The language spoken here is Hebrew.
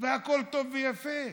והכול טוב ויפה.